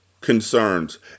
concerns